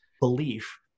belief